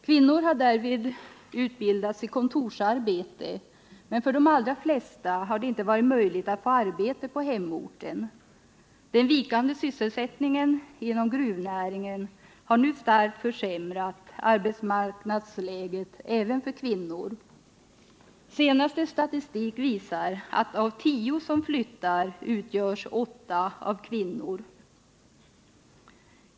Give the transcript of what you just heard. Kvinnor har därvid fått utbildning i kontorsarbete, men för de allra flesta har det inte varit möjligt att få arbete på hemoren. Den vikande sysselsättningen inom gruvnäringen har nu starkt försämrat arbetsmarknadsläget även för kvinnor. Senaste statistik visar att av tio som flyttar är åtta kvinnor.